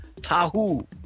Tahu